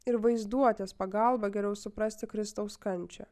ir vaizduotės pagalba geriau suprasti kristaus kančią